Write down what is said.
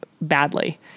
badly